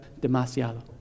demasiado